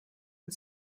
and